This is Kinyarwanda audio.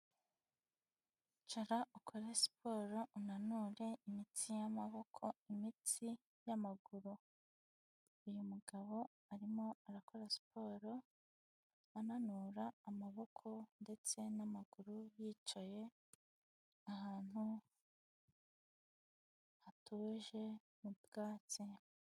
Icara ukore siporo unanure imitsi y'amaboko, imitsi y'amaguru. Uyu mugabo arimo arakora siporo ananura amaboko ndetse n'amaguru, yicaye ahantu hatuje mu bwatsi.